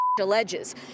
alleges